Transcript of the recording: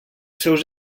seus